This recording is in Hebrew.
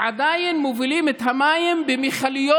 אותם אויבים שאתה היית רגיל להילחם בהם במארבים,